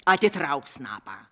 atitrauk snapą